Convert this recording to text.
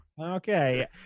okay